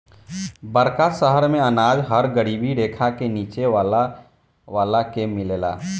बड़का शहर मेंअनाज हर गरीबी रेखा के नीचे वाला के मिलेला